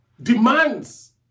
demands